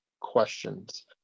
questions